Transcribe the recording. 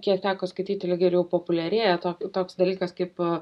kiek teko skaityti ir irgi jau populiarėja toks dalykas kaip